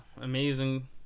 amazing